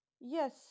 yes